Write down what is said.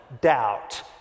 doubt